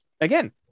again